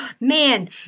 Man